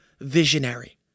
visionary